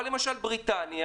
אבל למשל בריטניה,